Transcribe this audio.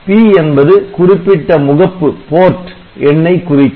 P என்பது குறிப்பிட்ட முகப்பு எண்ணை குறிக்கும்